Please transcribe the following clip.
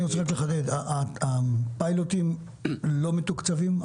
אני רוצה רק לחדד: הפיילוטים לא מתוקצבים?